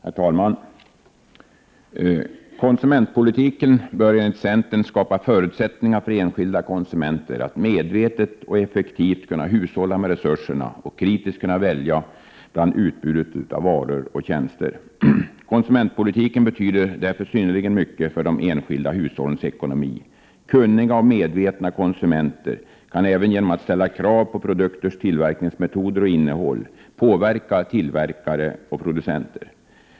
Herr talman! Konsumentpolitiken bör enligt centern skapa förutsättningar för enskilda konsumenter att medvetet och effektivt kunna hushålla med resurserna och kritiskt kunna välja bland utbudet av varor och tjänster. Konsumentpolitiken betyder därför synnerligen mycket för de enskilda hushållens ekonomi. Kunniga och medvetna konsumenter kan även genom att ställa krav på produkters tillverkningsmetoder och innehåll påverka tillverkare och producenter.